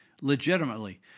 legitimately